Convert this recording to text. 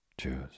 Choose